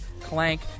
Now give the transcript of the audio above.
clank